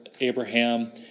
Abraham